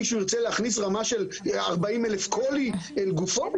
מישהו ירצה להכניס רמה של 40,000 קולי לגופו?